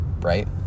right